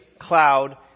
cloud